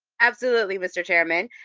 absolutely, mr. chairman.